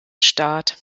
start